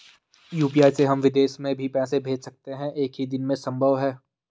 UPI से हम विदेश में भी पैसे भेज सकते हैं एक ही दिन में संभव है?